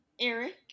Eric